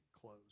close